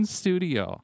studio